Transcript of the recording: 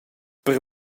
per